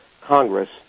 Congress